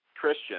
Christian